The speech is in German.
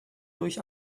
durch